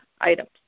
items